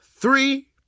Three